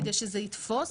כדי שזה יתפוס.